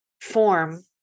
form